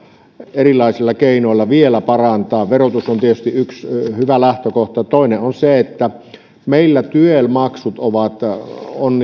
erilaisilla keinoilla vielä parantaa verotus on tietysti yksi hyvä lähtökohta toinen on se että meillä tyel maksut on